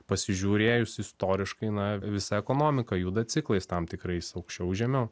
pasižiūrėjus istoriškai na visa ekonomika juda ciklais tam tikrais aukščiau žemiau